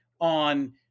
on